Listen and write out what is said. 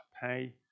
pay